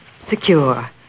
secure